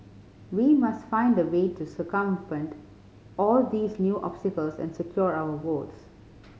we must find a way to circumvent all these new obstacles and secure our votes